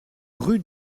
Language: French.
rue